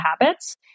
habits